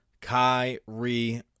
Kyrie